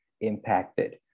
impacted